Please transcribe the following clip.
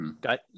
got